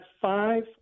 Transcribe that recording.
five